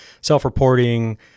self-reporting